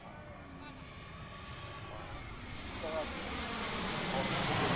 অঁ অঁ কি কি লগা আছিলে ফল